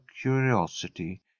curiosity